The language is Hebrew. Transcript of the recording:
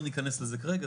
לא נכנס לזה כרגע,